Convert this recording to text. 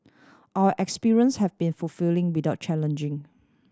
our experience has been fulfilling without challenging